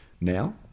now